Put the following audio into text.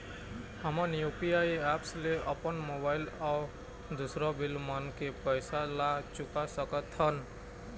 हमन UPI app ले अपन मोबाइल अऊ दूसर बिल मन के पैसा ला चुका सकथन